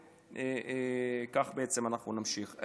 וכך בעצם אנחנו נמשיך.